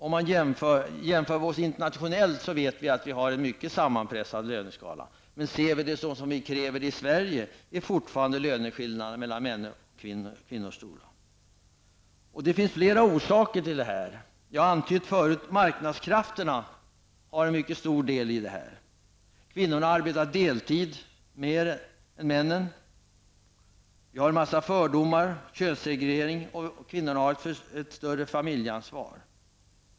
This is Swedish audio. Vid en internationell jämförelse finner vi att vi har en mycket sammanpressad löneskala, men med tanke på våra svenska krav är löneskillnaderna fortfarande stora mellan män och kvinnor. Det finns flera orsaker. Tidigare har jag antytt att marknadskrafterna betyder mycket. Kvinnorna deltidsarbetar mer än männen. Vi har en mängd fördomar, t.ex. könssegregering. Kvinnorna har också ett större familjeansvar.